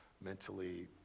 mentally